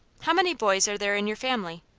how many boys are there in your family?